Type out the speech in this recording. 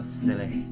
silly